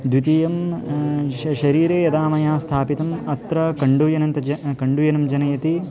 द्वितीयं श शरीरे यदा मया स्थापितम् अत्र कण्डुयनं ज कण्डुयनं जनयति